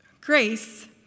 Grace